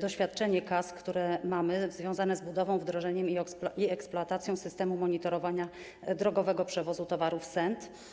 doświadczenie KAS, które mamy, związane z budową, wdrożeniem i eksploatacją systemu monitorowania drogowego przewozu towarów SENT.